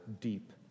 deep